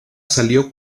salió